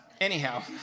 Anyhow